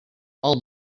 all